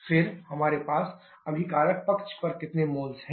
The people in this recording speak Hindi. फिर हमारे पास अभिकारक पक्ष पर कितने मोल्स हैं